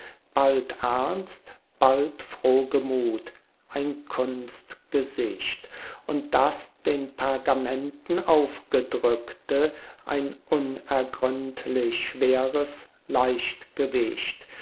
bald ernst bald frohgemut ein kunstgesicht und das den pergamenten aufgedrückte ein unergründlich schweres